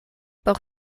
por